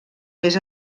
més